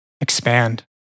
expand